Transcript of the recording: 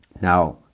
Now